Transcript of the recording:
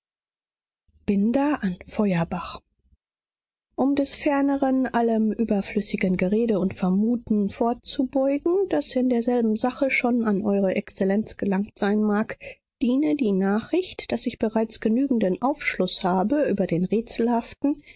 binder an feuerbach um des ferneren allem überflüssigen gerede und vermuten vorzubeugen das in derselben sache schon an eure exzellenz gelangt sein mag diene die nachricht daß ich bereits genügenden aufschluß habe über den rätselhaften